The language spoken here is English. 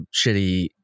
shitty